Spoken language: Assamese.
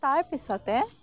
তাৰপিছতে